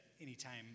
anytime